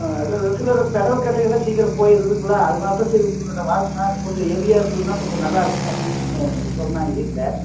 ஆ அதான் அதான் சிலது பெடல் கட்டையெல்லாம் சீக்கிரம் போய்டுதுங்களா அதனால தான் சரி உங்கள்கிட்ட வாங்கினா கொஞ்சம் ஹெவியா இருந்ததுனா கொஞ்சம் நல்லா இருக்கும் அப்படினுன்னு சொன்னாங்க வீட்டில்